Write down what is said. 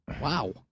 Wow